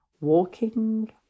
walking